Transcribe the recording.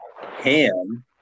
ham